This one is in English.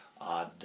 odd